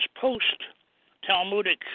post-Talmudic